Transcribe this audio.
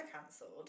cancelled